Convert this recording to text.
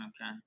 okay